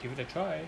give it a try